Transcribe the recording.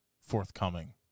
forthcoming